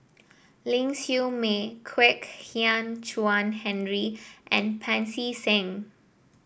Ling Siew May Kwek Hian Chuan Henry and Pancy Seng